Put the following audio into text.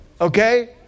Okay